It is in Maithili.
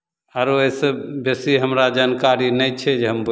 आरो एहिसँ बेसी हमरा जानकारी नहि छै जे हम बोल